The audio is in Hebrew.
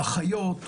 אחיות,